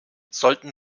sollten